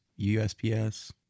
USPS